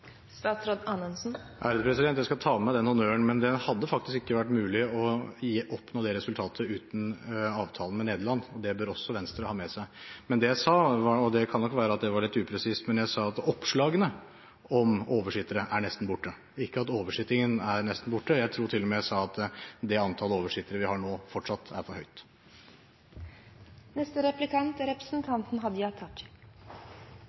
Jeg skal ta med meg den honnøren, men det hadde faktisk ikke vært mulig å oppnå det resultatet uten avtalen med Nederland. Det bør også Venstre ha med seg. Det jeg sa – og det kan nok være at det var litt upresist – var at oppslagene om oversittere er nesten borte, ikke at oversittingen er nesten borte. Jeg tror til og med jeg sa at det antallet oversittere vi har nå, fortsatt er for høyt.